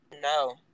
no